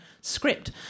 script